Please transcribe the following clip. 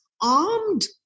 armed